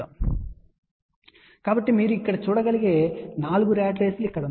కాబట్టి మీరు ఇక్కడ చూడగలిగే 4 ర్యాట్ రేసులు ఇక్కడ ఉన్నాయి